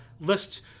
lists